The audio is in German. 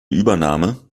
übernahme